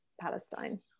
Palestine